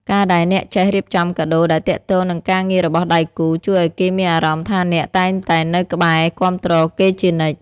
ការដែលអ្នកចេះរៀបចំកាដូដែលទាក់ទងនឹងការងាររបស់ដៃគូ ជួយឱ្យគេមានអារម្មណ៍ថាអ្នកតែងតែនៅក្បែរគាំទ្រគេជានិច្ច។